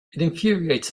infuriates